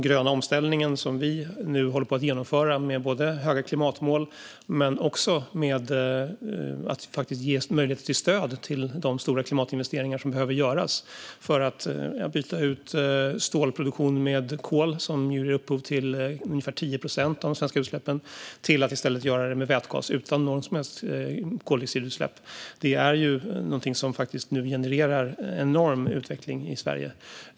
Vi genomför nu en grön omställning med höga klimatmål men också med möjlighet till stöd till de stora klimatinvesteringar som behöver göras för att byta ut stålproduktionen med kol, som ger upphov till ungefär 10 procent av de svenska utsläppen, till att i stället producera kol med vätgas utan några som helst koldioxidutsläpp. Detta genererar faktiskt nu en enorm utveckling i Sverige.